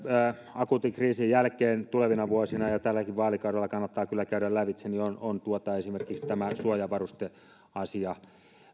akuutin kriisin jälkeen tulevina vuosina ja tälläkin vaalikaudella kannattaa kyllä käydä lävitse on esimerkiksi tämä suojavarusteasia